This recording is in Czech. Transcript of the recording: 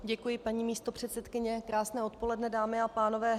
Děkuji, paní místopředsedkyně, krásné odpoledne, dámy a pánové.